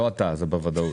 לא אתה, בוודאות.